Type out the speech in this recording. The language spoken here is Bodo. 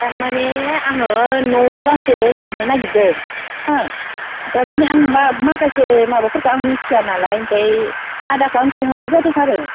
थारमाने आङो न' गंसे लुनो नागिरदों हो थारमाने आं मा माखासे माबाफोरखो मिथियानालाय ओंखायनो आदाखो आं सोंहरनाय जादों आरो